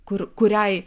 kur kuriai